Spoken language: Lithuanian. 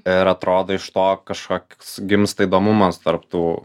ir atrodo iš to kažkoks gimsta įdomumas tarp tų